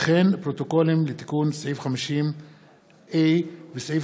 פרוטוקולים לתיקון סעיף 50(a) וסעיף